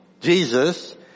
Jesus